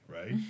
right